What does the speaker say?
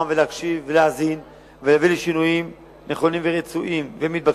ולהקשיב ולהאזין ולהביא לשינויים נכונים ורצויים ומתבקשים.